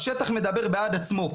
השטח מדבר בעד עצמו.